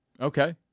Okay